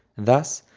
thus,